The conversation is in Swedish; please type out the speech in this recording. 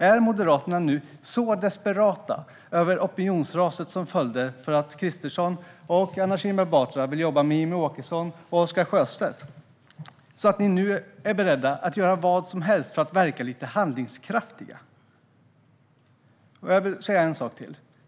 Är Moderaterna nu så desperata över det opinionsras som följde när Kristersson och Anna Kinberg Batra ville jobba med Jimmie Åkesson och Oscar Sjöstedt att ni nu är beredda att göra vad som helst för att verka lite handlingskraftiga? Jag vill säga en sak till.